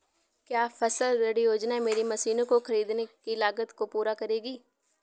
क्या फसल ऋण योजना मेरी मशीनों को ख़रीदने की लागत को पूरा करेगी?